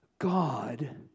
God